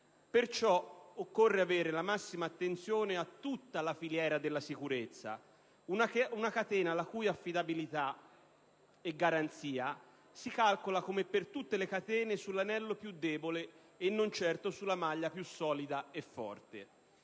Perciò, occorre avere la massima attenzione a tutta la filiera della sicurezza, una catena la cui affidabilità e garanzia si calcolano come per tutte le catene sull'anello più debole e non certo sulla maglia più solida e forte.